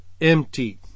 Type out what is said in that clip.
empty